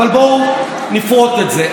אבל בואו נפרוט את זה.